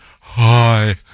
Hi